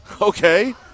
Okay